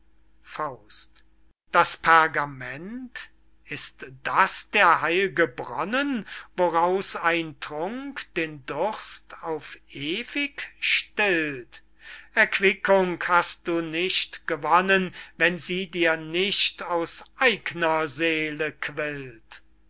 sterben das pergament ist das der heilge bronnen woraus ein trunk den durst auf ewig stillt erquickung hast du nicht gewonnen wenn sie dir nicht aus eigner seele quillt